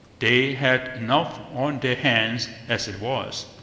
they had enough on their hands as it was.